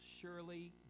surely